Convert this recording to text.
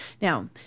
Now